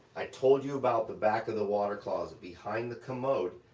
i told you about the back of the water closet, behind the commode,